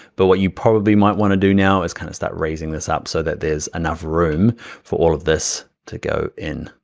but what you probably might want to do now is kind of start raising this up so that there's enough room for all of this to go in.